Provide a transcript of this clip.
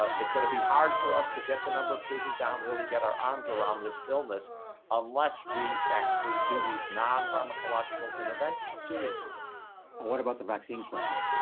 ah it's gonna be hard for us to get the number of cases down really get our arms around this illness unless we actually do these non pharmacological interventions seriously and what about the vaccine question?